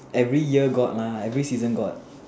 every year got mah every season got